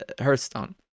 Hearthstone